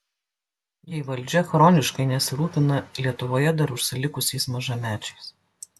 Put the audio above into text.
jei valdžia chroniškai nesirūpina lietuvoje dar užsilikusiais mažamečiais